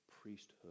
priesthood